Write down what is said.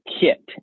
kit